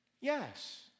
Yes